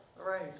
right